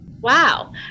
Wow